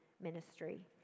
ministry